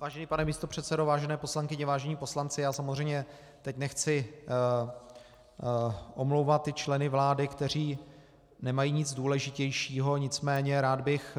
Vážený pane místopředsedo, vážené poslankyně, vážení poslanci, já samozřejmě teď nechci omlouvat ty členy vlády, kteří nemají nic důležitějšího, nicméně rád bych